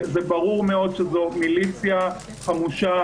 זה ברור מאוד שזו מיליציה חמושה,